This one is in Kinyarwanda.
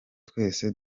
twese